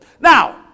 Now